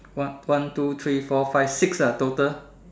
what one two three four five six ah total